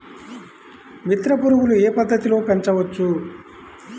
మిత్ర పురుగులు ఏ పద్దతిలో పెంచవచ్చు?